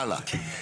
הלאה.